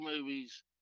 movies